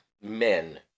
men